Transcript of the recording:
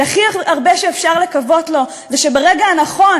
שהכי הרבה שאפשר לקוות לו זה שברגע הנכון,